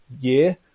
year